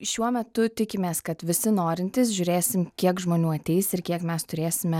šiuo metu tikimės kad visi norintys žiūrėsim kiek žmonių ateis ir kiek mes turėsime